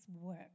work